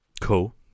Cool